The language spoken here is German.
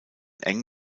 eng